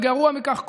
וגרוע מכך,